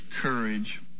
courage